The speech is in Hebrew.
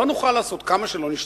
לא נוכל לעשות, כמה שלא נשתדל.